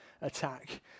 attack